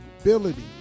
ability